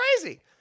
crazy